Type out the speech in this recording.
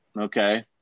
Okay